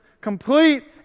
complete